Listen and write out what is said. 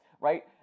right